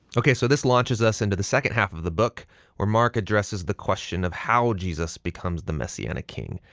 ok, so this launches us into the second half of the book where mark addresses the question of how jesus becomes the messianic king.